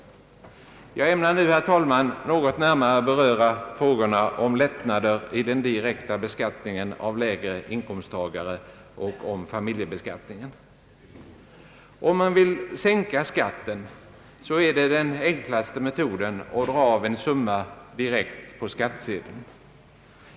Jag ämnar nu, herr talman, något närmare beröra frågorna om lättnader i den direkta beskattningen av lägre inkomsttagare och om familjebeskattningen. Om man vill sänka skatten är den enklaste metoden att dra av en summa direkt på skattsedeln.